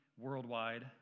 worldwide